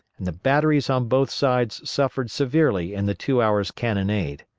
and the batteries on both sides suffered severely in the two hours' cannonade.